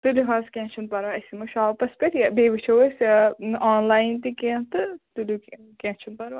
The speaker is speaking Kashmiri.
تُلِو حظ کیٚنٛہہ چھُنہٕ پَرواے أسۍ یِمو شاپس پٮ۪ٹھ یہِ بیٚیہِ وٕچھَو أسۍ آنلایَن تہِ کیٚنٛہہ تہٕ تُلِو کیٚنٛہہ چھُنہٕ پَرواے